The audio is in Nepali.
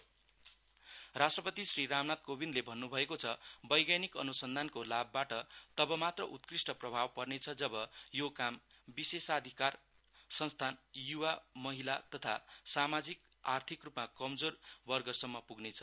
प्रेशिडेण्ट नेश्नल साइन्स डे राष्ट्रपति श्री रामनाथ कोविन्दले भन्नुभएको छ वैज्ञानिक अनुसन्धानको लाभबाट तब मात्र उत्कृष्ट प्रभाव पर्नेछ जब यो कम विशेषाधिकार संस्थान युवा महिला तथा सामाजिक आर्थिक रुपमा कमजोर वर्गसम्म पुग्नेछ